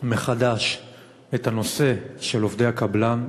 מחדש את הנושא של עובדי הקבלן,